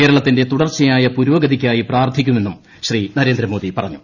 കേരളത്തിന്റെ തുടർച്ചയായ പുരോഗതിക്കായി പ്രാർത്ഥിക്കുമെന്നും ശ്രീ നരേന്ദ്രമോദി പ്പിക്കുഞ്ഞു